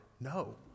No